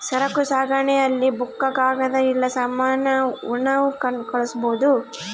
ಸರಕು ಸಾಗಣೆ ಅಲ್ಲಿ ಬುಕ್ಕ ಕಾಗದ ಇಲ್ಲ ಸಾಮಾನ ಉಣ್ಣವ್ ಕಳ್ಸ್ಬೊದು